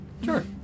Sure